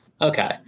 Okay